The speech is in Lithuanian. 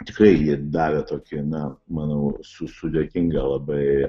tikrai ji davė tokį na manau su sudėtingą labai